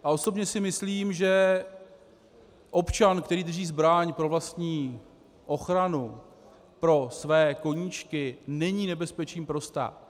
A osobně si myslím, že občan, který drží zbraň pro vlastní ochranu, pro své koníčky, není nebezpečím pro stát.